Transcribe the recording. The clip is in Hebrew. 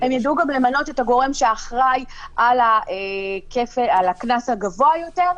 הם ידעו גם למנות את הגורם שאחראי על הקנס הגבוה יותר,